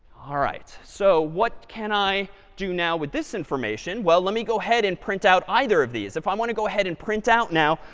all right. so what can i do now with this information? well let me go ahead and print out either of these. if i want to go ahead and print out now,